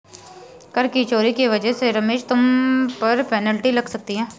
कर की चोरी की वजह से रमेश तुम पर पेनल्टी लग सकती है